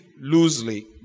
loosely